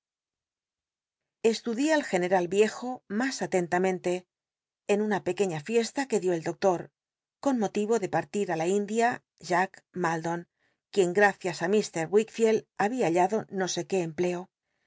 estudié al general viejo mas aten lamente en una pequeiía fiesta que dió el docto con moliyo de pattir i la india jack aldon quien gracias tí m wickfield habia hallado no sé qué empleo